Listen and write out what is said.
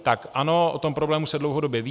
Tak ano, o tom problému se dlouhodobě ví.